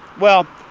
well,